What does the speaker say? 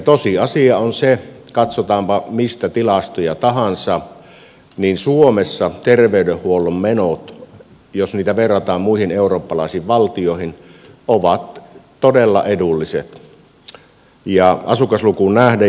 tosiasia on se katsotaanpa tilastoja mistä tahansa että suomessa terveydenhuollon menot jos niitä verrataan muihin eurooppalaisiin valtioihin ovat todella edulliset asukaslukuun nähden